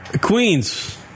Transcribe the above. Queens